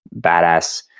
badass